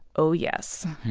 oh, yes.